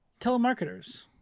Telemarketers